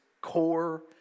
core